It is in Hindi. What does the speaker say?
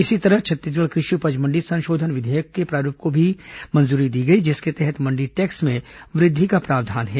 इसी तरह छत्तीसगढ़ कृषि उपज मण्डी संशोधन विधेयक के प्रारूप को भी मंजूरी दी गई जिसके तहत मण्डी टैक्स में वृद्धि का प्रस्ताव है